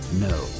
No